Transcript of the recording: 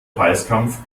preiskampf